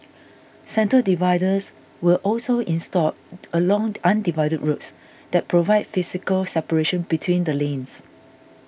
centre dividers were also installed along undivided roads that provide physical separation between the lanes